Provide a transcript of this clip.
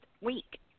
week